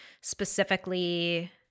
specifically